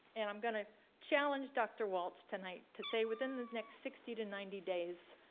and i'm gonna challenge dr. walts tonight to say within the next sixty to ninety days,